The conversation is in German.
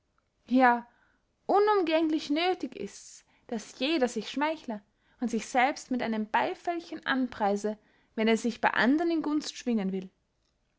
ja unumgänglich nöthig ists daß jeder sich schmeichle und sich selbst mit einem beyfällchen anpreise wenn er sich bey andern in gunst schwingen will